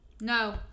no